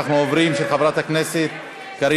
על ההצעה של קארין